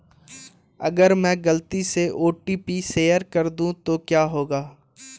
अगर मैं गलती से ओ.टी.पी शेयर कर दूं तो क्या होगा?